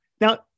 Now